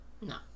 No